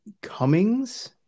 Cummings